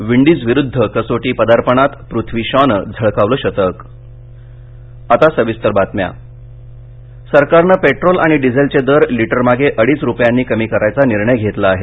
विंडीजविरुद्ध कसोटी पदार्पणात पथ्वी शॉनं झळकावलं शतक पेटोल दर सरकारनं पेट्रोल आणि डिझेलचे दर लिटरमागे अडीच रुपयांनी कमी करायचा निर्णय घेतला आहे